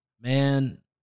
Man